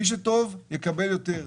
מי שטוב יקבל יותר,